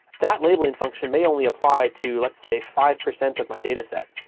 that labeling function may only apply to, let's say, five percent of my dataset.